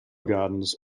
gardens